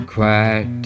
Quiet